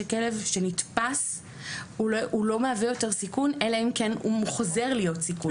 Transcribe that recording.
שכלב שנתפס הוא לא מהווה יותר סיכון אלא כן הוא מוחזר להיות סיכון.